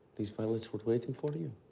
these violets were waiting for you.